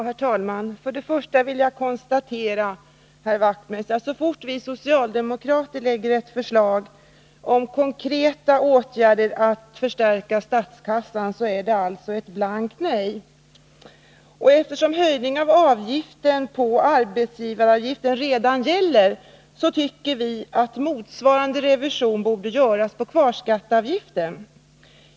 Herr talman! Först och främst vill jag konstatera, herr Wachtmeister, att så fort vi socialdemokrater framlägger ett förslag om konkreta åtgärder att förstärka statskassan är det alltså ett blankt nej. Eftersom en höjning av arbetsgivaravgiften redan gäller, tycker vi att motsvarande revision bör göras på kvarskatteavgiften.